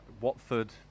Watford